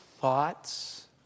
thoughts